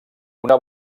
una